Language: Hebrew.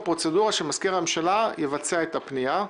הפרוצדורה היא שמזכיר הממשלה יבצע את הפנייה.